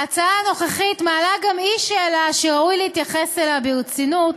ההצעה הנוכחית מעלה גם היא שאלה שראוי להתייחס אליה ברצינות.